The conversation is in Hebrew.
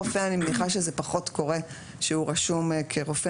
רופא אני מניחה שזה פחות קורה שהוא רשום כרופא